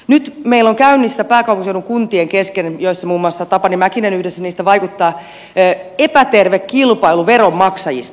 nyt meillä on käynnissä pääkaupunkiseudun kuntien kesken joissa muun muassa tapani mäkinen yhdessä niistä vaikuttaa epäterve kilpailu veronmaksajista